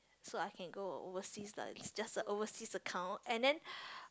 so I can go overseas lah just a overseas account and then